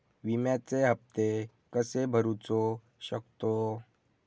विम्याचे हप्ते कसे भरूचो शकतो?